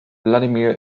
wladimir